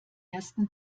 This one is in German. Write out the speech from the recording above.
ersten